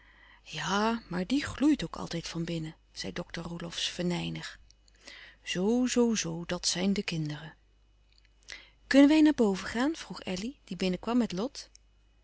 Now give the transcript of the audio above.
ja maar die gloeit ook altijd van binnen zei dokter roelofsz venijnig zoo zoo zoo dat zijn de kinderen kunnen wij naar boven gaan vroeg elly die binnenkwam met lot